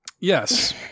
Yes